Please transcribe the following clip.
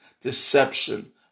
deception